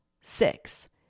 Six